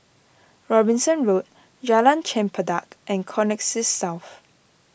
Robinson Road Jalan Chempedak and Connexis South